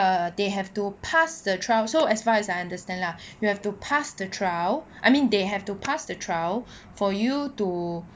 they have to pass the trial so as far as I understand lah you have to pass the trial I mean they have to pass the trial for you to